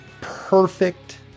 Perfect